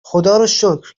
خداروشکر